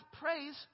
praise